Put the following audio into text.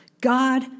God